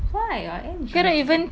why I am greedy